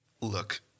Look